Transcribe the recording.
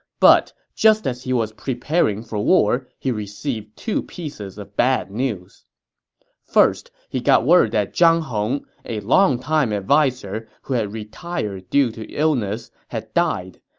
but just as he was preparing for war, he received two pieces of bad news first, he got word that zhang hong, a long-time adviser who had retired due to illness, had died.